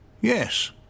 Yes